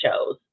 shows